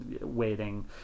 waiting